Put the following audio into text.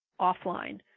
offline